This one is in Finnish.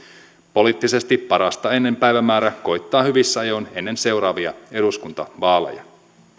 poliittisesti parasta ennen päivämäärä koittaa hyvissä ajoin ennen seuraavia eduskuntavaaleja